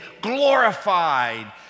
glorified